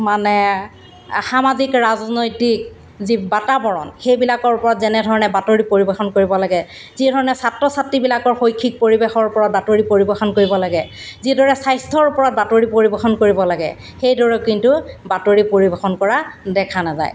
মানে সামাজিক ৰাজনৈতিক যি বাতাৱৰণ সেইবিলাকৰ ওপৰত যেনেধৰণে বাতৰি পৰিৱেশন কৰিব লাগে যি ধৰণে ছাত্ৰ ছাত্ৰীবিলাকৰ শৈক্ষিক পৰিৱেশৰ ওপৰত বাতৰি পৰিৱেশন কৰিব লাগে যিদৰে স্বাস্থ্যৰ ওপৰত বাতৰি পৰিৱেশন কৰিব লাগে সেইদৰেও কিন্তু বাতৰি পৰিৱেশন কৰা দেখা নাযায়